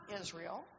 Israel